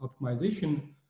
optimization